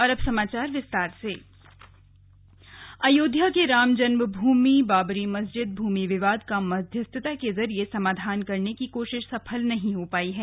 slug Ayodhya मामला अयोध्या के रामजन्म भूमि बाबरी मस्जिद भूमि विवाद का मध्यस्थता के जरिए समाधान करने की कोशिश सफल नहीं हो पायी है